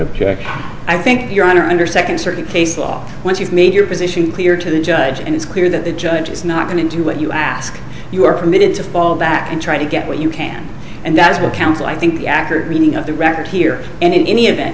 colloquy i think your honor under second circuit case law once you've made your position clear to the judge and it's clear that the judge is not going into what you ask you are permitted to fall back and try to get what you can and that's what counsel i think the accurate reading of the record here and in any event